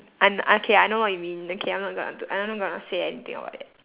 and okay I know what you mean okay I'm not gonna do and I'm not gonna say anything about it